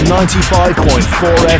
95.4